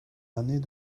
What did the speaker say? année